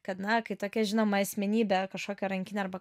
kad na kai tokia žinoma asmenybė kažkokią rankinę arba